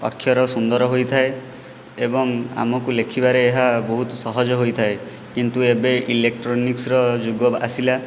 ଅକ୍ଷର ସୁନ୍ଦର ହୋଇଥାଏ ଏବଂ ଆମକୁ ଲେଖିବାରେ ଏହା ବହୁତ ସହଜ ହୋଇଥାଏ କିନ୍ତୁ ଏବେ ଇଲେକ୍ଟ୍ରୋନିକ୍ସର ଯୁଗ ଆସିଲା